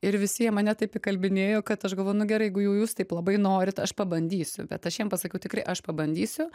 ir visi jie mane taip įkalbinėjo kad aš galvoj nu gerai jeigu jau jūs taip labai norit aš pabandysiu bet aš jiem pasakiau tikrai aš pabandysiu